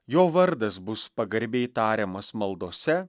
jo vardas bus pagarbiai tariamas maldose